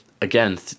again